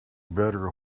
better